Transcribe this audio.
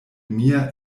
mia